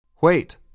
Wait